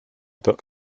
book